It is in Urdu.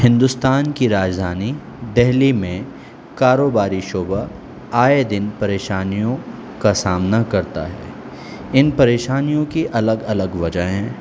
ہندوستان کی راجدھانی دہلی میں کاروباری شعبہ آئے دن پریشانیوں کا سامنا کرتا ہے ان پریشانیوں کی الگ الگ وجہیں